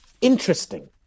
interesting